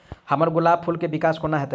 हम्मर गुलाब फूल केँ विकास कोना हेतै?